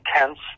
intense